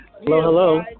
hello